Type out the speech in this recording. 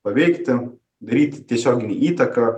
paveikti daryti tiesioginę įtaką